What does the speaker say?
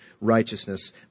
righteousness